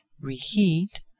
Reheat